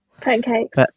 Pancakes